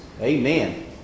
Amen